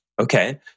Okay